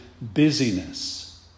busyness